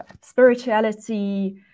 spirituality